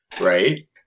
right